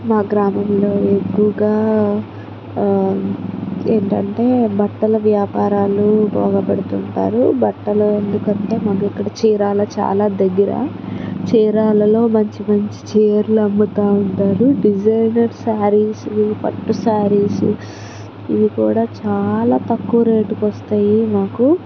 మా గ్రామంలో ఎక్కువగా ఏంటంటే బట్టల వ్యాపారాలు బాగా పెడుతుంటారు బట్టలు ఎందుకంటే మాకు ఇక్కడ చీరాల చాలా దగ్గర చీరాలలో మంచి మంచి చీరలు అమ్ముతూ ఉంటారు డిజైనర్ శారీస్ పట్టు శారీస్ ఇవి కూడా చాలా తక్కువ రేటుకు వస్తాయి మాకు